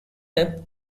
tip